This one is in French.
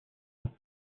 ans